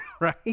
right